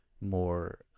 more